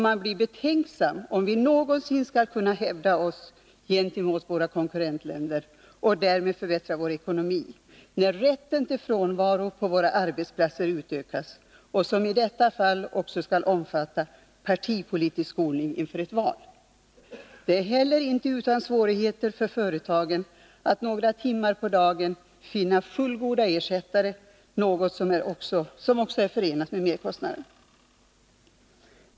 Man blir betänksam och frågar sig om vi någonsin skall kunna hävda oss gentemot våra konkurrentländer och därmed förbättra landets ekonomi, när rätten till frånvaro på våra arbetsplatser utökas och — som i detta fall — också skall omfatta partipolitisk skolning inför ett val. Det är inte heller utan svårigheter för företagen att under några timmar på dagen finna fullgoda ersättare, något som också är förenat med merkostnader.